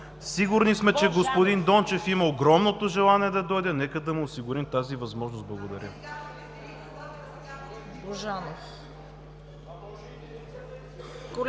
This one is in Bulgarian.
Сигурни сме, че господин Дончев има огромното желание да дойде. Нека да му осигурим тази възможност. Благодаря.